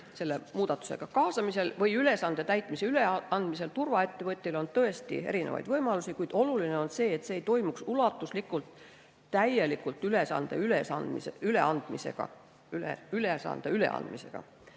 osa, mida praegu on taotletud. Ülesande täitmise üleandmisel turvaettevõtjale on tõesti erinevaid võimalusi, kuid oluline on see, et see ei toimuks ulatuslikult, täielikult ülesande üleandmisega.